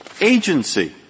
agency